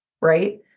right